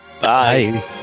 Bye